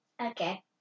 Okay